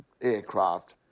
aircraft